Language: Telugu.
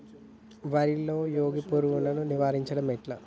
వరిలో మోగి పురుగును నివారించడం ఎట్లా?